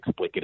explicative